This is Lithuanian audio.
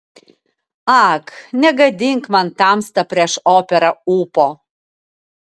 ak negadink man tamsta prieš operą ūpo